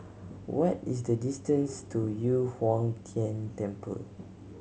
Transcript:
what is the distance to Yu Huang Tian Temple